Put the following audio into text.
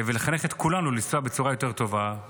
ולחנך את כולנו לנסוע בצורה יותר טובה,